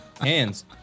hands